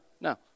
no